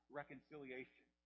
reconciliation